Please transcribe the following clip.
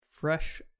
fresh